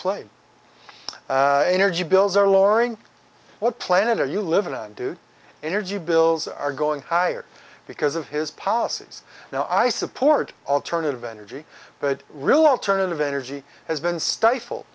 played energy bills are loring what planet are you live in and do energy bills are going higher because of his policies now i support alternative energy but real alternative energy has been stifled